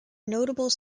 notable